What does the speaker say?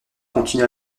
continue